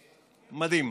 מדהים.